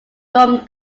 dorm